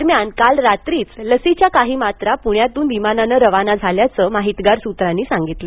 दरम्यान काल रात्रीच लसीच्या काही मात्रा पुण्यातून विमानानं रवाना झाल्याचं माहितगार सूत्रांनी सांगितलं